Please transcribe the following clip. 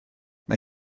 mae